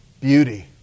Beauty